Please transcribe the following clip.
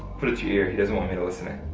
put it to your ear. he doesn't want me listening.